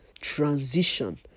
transition